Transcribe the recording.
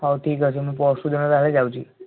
ହେଉ ଠିକ୍ ଅଛି ମୁଁ ଯାଉଛି